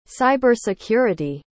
cybersecurity